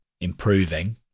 improving